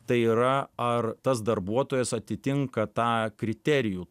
tai yra ar tas darbuotojas atitinka tą kriterijų